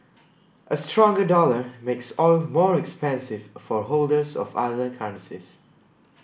a stronger dollar makes oil more expensive for holders of other currencies